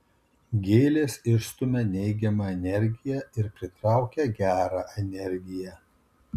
gėlės išstumia neigiamą energiją ir pritraukia gerą energiją